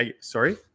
sorry